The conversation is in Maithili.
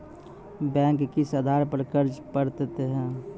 बैंक किस आधार पर कर्ज पड़तैत हैं?